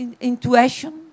intuition